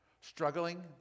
struggling